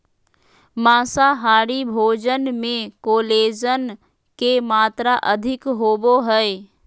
माँसाहारी भोजन मे कोलेजन के मात्र अधिक होवो हय